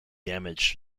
damage